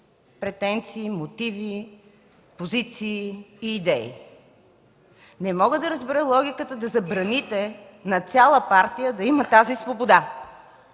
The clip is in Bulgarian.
претенции, мотиви, позиции и идеи. Не мога да разбера логиката да забраните на цяла партия да има тази свобода.